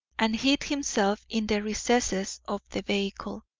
and hid himself in the recesses of the vehicle.